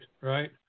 right